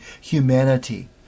humanity